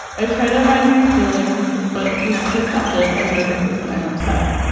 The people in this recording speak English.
i try to hide my feelings. but he is perceptive and notices when i'm upset.